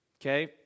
Okay